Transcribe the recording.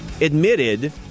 admitted